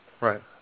Right